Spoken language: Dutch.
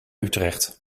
utrecht